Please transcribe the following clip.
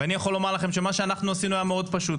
ואני יכול לומר לכם שמה שאנחנו עשינו היה מאוד פשוט.